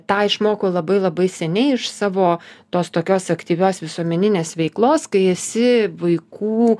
tą išmoku labai labai seniai iš savo tos tokios aktyvios visuomeninės veiklos kai esi vaikų